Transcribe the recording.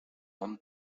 han